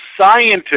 scientist